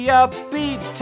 upbeat